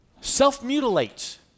self-mutilate